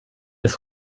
des